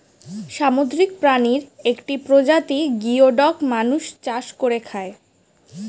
সামুদ্রিক প্রাণীর একটি প্রজাতি গিওডক মানুষ চাষ করে খায়